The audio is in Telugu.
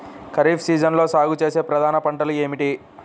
ఖరీఫ్ సీజన్లో సాగుచేసే ప్రధాన పంటలు ఏమిటీ?